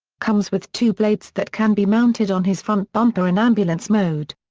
comes with two blades that can be mounted on his front bumper in ambulance mode.